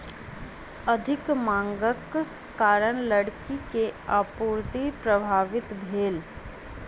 अधिक मांगक कारण लकड़ी के आपूर्ति प्रभावित भेल